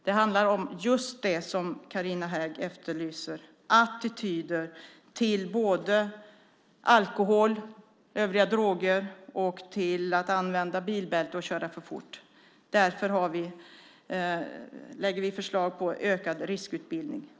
Det handlar om just det som Carina Hägg efterlyser, attityder till alkohol, till övriga droger, till att använda bilbälte och till att köra för fort. Därför lägger vi fram förslag på ökad riskutbildning.